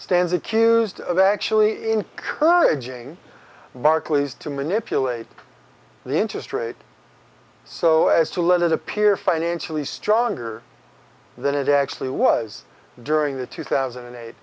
stands accused of actually encouraging barclays to manipulate the interest rate so as to let it appear financially stronger than it actually was during the two thousand and eight